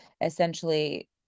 essentially